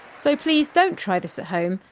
so please, don't try this at home,